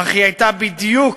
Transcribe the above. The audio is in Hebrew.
אך היא הייתה בדיוק